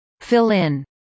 Fill-in